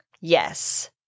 Yes